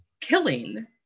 killing